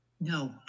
No